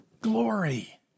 glory